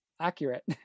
accurate